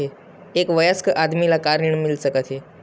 एक वयस्क आदमी ल का ऋण मिल सकथे?